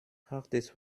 hartes